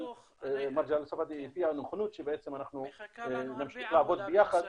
מר ג'לאל ספדי הביע נכונות שאנחנו נמשיך לעבוד ביחד